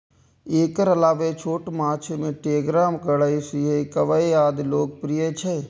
एकर अलावे छोट माछ मे टेंगरा, गड़ई, सिंही, कबई आदि लोकप्रिय छै